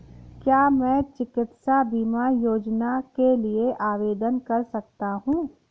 क्या मैं चिकित्सा बीमा योजना के लिए आवेदन कर सकता हूँ?